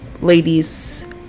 ladies